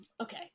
Okay